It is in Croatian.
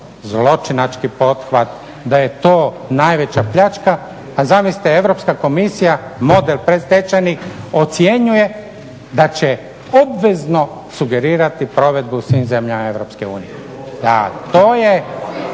zločinački pothvat, da je to najveća pljačka, a zamislite Europska komisija model predstečajnih ocjenjuje da će obvezno sugerirati provedbu u svim zemljama EU. Da, to je